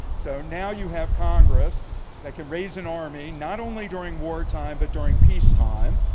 so now you have congress that can raise an army, not only during wartime, but during peacetime,